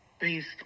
based